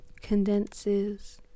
condenses